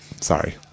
sorry